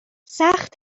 سخت